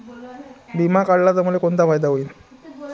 बिमा काढला त मले कोनचा फायदा होईन?